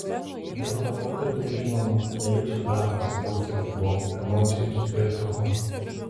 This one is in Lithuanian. vietą pokalbiui žinoma ne jūsų darbas būti blogų emocijų sugertuku